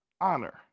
honor